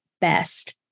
best